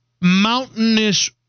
mountainous